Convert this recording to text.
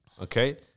okay